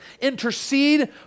intercede